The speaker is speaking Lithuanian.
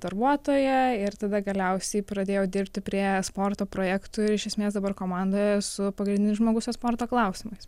darbuotoja ir tada galiausiai pradėjau dirbti prie esporto projektų iš esmės dabar komandoje esu pagrindinis žmogus esporto klausimais